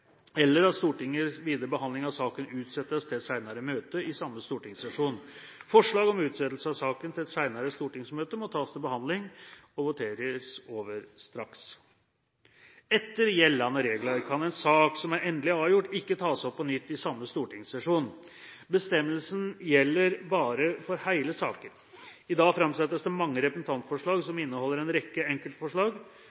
eller at Stortingets videre behandling av saken utsettes til et senere møte i samme stortingssesjon. Forslag om utsettelse av saken til et senere stortingsmøte må tas til behandling og voteres over straks. Etter gjeldende regler kan en sak som er endelig avgjort, ikke tas opp på nytt i samme stortingssesjon. Bestemmelsen gjelder bare for hele saker. I dag framsettes mange representantforslag som